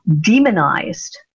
demonized